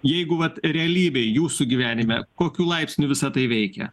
jeigu vat realybėj jūsų gyvenime kokiu laipsniu visa tai veikia